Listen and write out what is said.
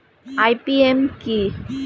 IPM কি?